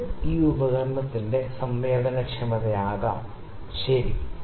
ഇത് ഈ ഉപകരണത്തിന്റെ സംവേദനക്ഷമത ആകാം ശരി